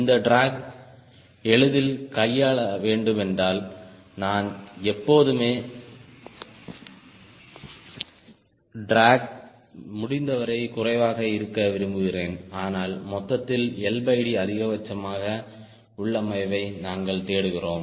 இந்த ட்ராக் எளிதில் கையாள வேண்டுமென்றால் நான் எப்போதுமே ட்ராக் முடிந்தவரை குறைவாக இருக்க விரும்புகிறேன் ஆனால் மொத்தத்தில் LD அதிகபட்சமாக உள்ளமைவை நாங்கள் தேடுகிறோம்